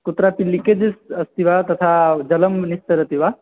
कुत्रापि लिकेजस् अस्ति वा तथा जलं निस्सरति वा